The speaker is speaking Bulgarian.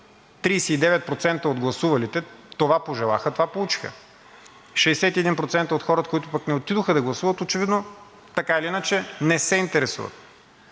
39% от гласувалите това пожелаха, това получиха. 61% от хората, които пък не отидоха да гласуват, очевидно така или иначе, не се интересуват.